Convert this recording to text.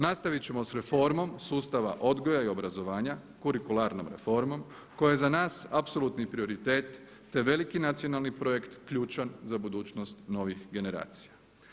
Nastavit ćemo s reformom sustava odgoja i obrazovanja, kurikularnom reformom koja je za nas apsolutni prioritet te veliki nacionalni projekt ključan za budućnost novih generacija.